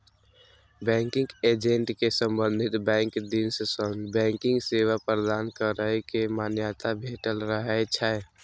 banking agent कें संबंधित bank दिस सं बैंकिंग सेवा प्रदान करै के मान्यता भेटल रहै छै